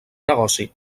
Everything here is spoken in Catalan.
negoci